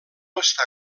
està